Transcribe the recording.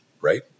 right